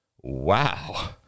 Wow